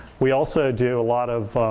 we also do a lot of